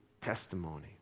testimony